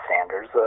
Sanders